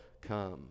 come